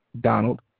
Donald